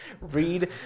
Read